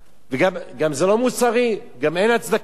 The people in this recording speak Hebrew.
זה גם לא מוסרי, גם אין הצדקה לכך.